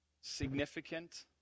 Significant